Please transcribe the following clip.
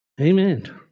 Amen